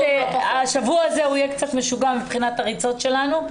השבוע הזה יהיה קצת משוגע מבחינת הריצות שלנו.